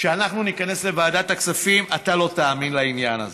כשאנחנו ניכנס לוועדת הכספים אתה לא תאמין לעניין הזה.